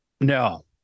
No